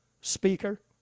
speaker